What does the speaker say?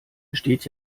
besteht